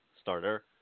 Starter